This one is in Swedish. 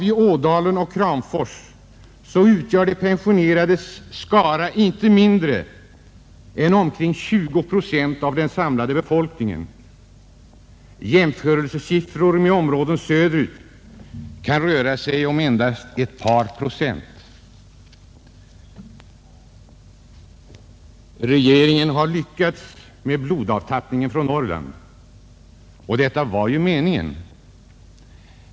I Ådalen och Kramfors utgör de pensionerades skara inte mindre än omkring 20 procent av den samlade befolkningen i området. Motsvarande siffror för områden söderut kan utgöra endast ett par procent. Regeringen har lyckats med blodavtappningen från Norrland, och detta var ju meningen.